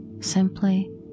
simply